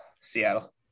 Seattle